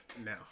No